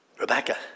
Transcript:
Rebecca